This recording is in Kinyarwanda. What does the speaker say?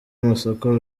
amasoko